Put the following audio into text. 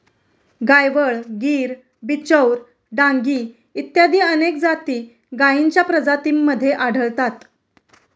गायवळ, गीर, बिचौर, डांगी इत्यादी अनेक जाती गायींच्या प्रजातींमध्ये आढळतात